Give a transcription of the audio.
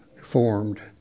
formed